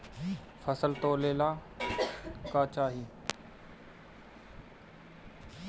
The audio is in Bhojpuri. फसल तौले ला का चाही?